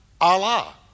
Allah